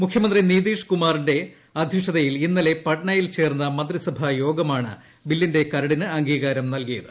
മുഖ്യമന്ത്രി നിതീഷ് കുമാറിന്റെ അധ്യക്ഷതയിൽ ് ഇന്നലെ പാട്നയിൽ ചേർന്ന മന്ത്രിസഭായോഗമാണ് ബില്ലിന്റെ കരടിന് അംഗീകാരം നൽകിയത്